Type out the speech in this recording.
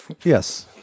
Yes